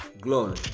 Glory